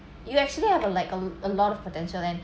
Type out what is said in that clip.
you actually have a like uh a lot of potential and